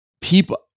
people